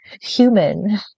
human